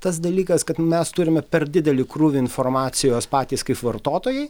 tas dalykas kad mes turime per didelį krūvį informacijos patys kaip vartotojai